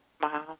Wow